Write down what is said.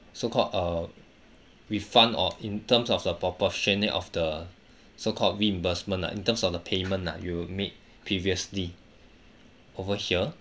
so called uh refund or in terms of the proportionate of the so called reimbursement lah in terms of the payment lah you made previously over here